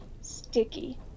Sticky